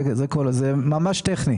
זה ממש טכני.